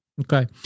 Okay